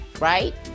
right